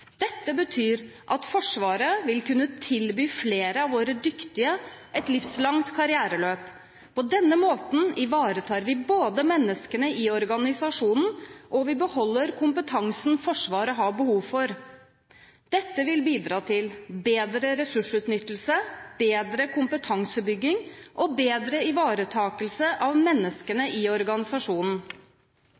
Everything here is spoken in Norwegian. Dette betyr at Forsvaret vil kunne tilby flere av våre dyktige et livslangt karriereløp. På denne måten både ivaretar vi menneskene i organisasjonen og vi beholder kompetansen Forsvaret har behov for. Dette vil bidra til bedre ressursutnyttelse, bedre kompetansebygging og bedre ivaretakelse av menneskene i organisasjonen.